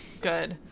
good